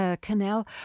Canal